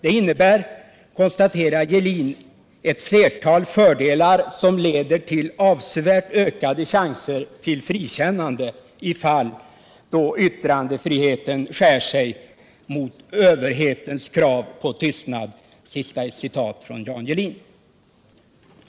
— Det innebär, konstaterar Gehlin, ett flertal fördelar, som leder till avsevärt ökade chanser till frikännande i fall då yttrandefriheten skär sig mot överhetens krav på tystnad.